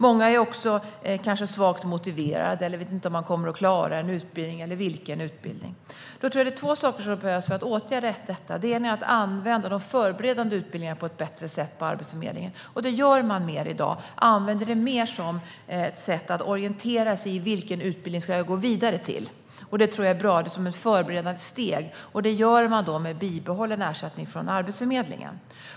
Många är också svagt motiverade och vet inte vilken utbildning de ska gå eller om de kommer att klara en utbildning. Jag tror att det är två saker som behövs för att åtgärda detta. Den ena är att använda de förberedande utbildningarna på ett bättre sätt på Arbetsförmedlingen. Det gör man också mer i dag; man använder det mer som ett sätt för människor att orientera sig när det gäller vilken utbildning de ska gå vidare till. Det tror jag är bra. Det är som ett förberedande steg, och det tas med bibehållen ersättning från Arbetsförmedlingen.